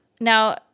Now